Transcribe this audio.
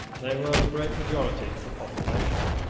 they were the great majority of the population.